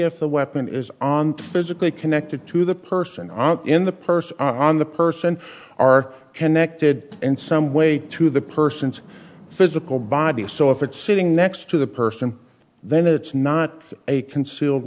if the weapon is on physically connected to the person in the purse on the person are connected in some way to the person's physical body so if it's sitting next to the person then it's not a concealed